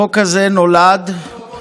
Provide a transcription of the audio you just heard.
אתה צריך להודות לנו.